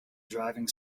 driving